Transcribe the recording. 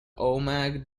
omagh